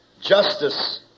Justice